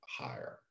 higher